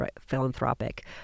philanthropic